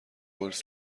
گلف